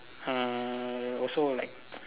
uh also like